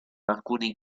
alcuni